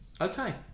okay